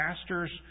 pastors